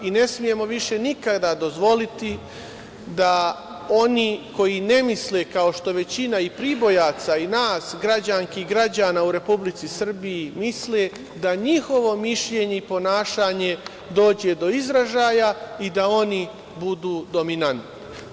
I ne smemo više nikada dozvoliti da oni koji ne misle kao što većina Pribojaca i nas, građanki i građana u Republici Srbiji misle, da njihovo mišljenje i ponašanje dođe do izražaja i da oni budu dominantni.